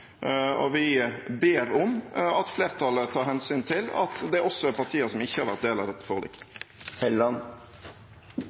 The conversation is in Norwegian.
og vi ber om at flertallet tar hensyn til at det også er partier som ikke har vært del av dette forliket. Representanten Trond Helleland